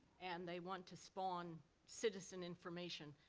and they want to spawn citizen information.